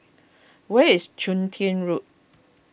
where is Chun Tin Road